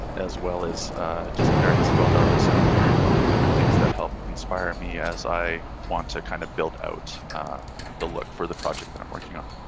and as well as just various photos and and and different things that help inspire me as i want to kind of build out the look for the project that i'm working on.